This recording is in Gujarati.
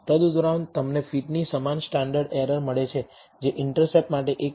તદુપરાંત તમને ફિટની સમાન સ્ટાન્ડર્ડ એરર મળે છે જે ઇન્ટરસેપ્ટ માટે 1